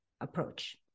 approach